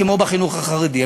כמו בחינוך החרדי,